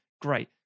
great